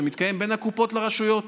שמתקיים בין הקופות לרשויות.